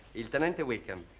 lieutenant wickham